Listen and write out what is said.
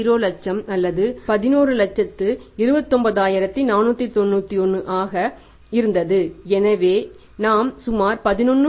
30 லட்சம் அல்லது அது 1129491 ஆக இருந்தது எனவே நாம் சுமார் 11